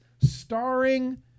starring